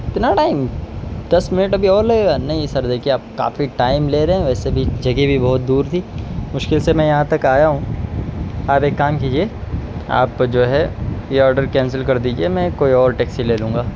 اتنا ٹائم دس منٹ ابھی اور لگے گا نہیں سر دیکھیے آپ کافی ٹائم لے رہے ہیں ویسے بھی جگہ بھی بہت دور تھی مشکل سے میں یہاں تک آیا ہوں آپ ایک کام کیجیے آپ جو ہے یہ آڈر کینسل کر دیجیے میں کوئی اور ٹیکسی لے لوں گا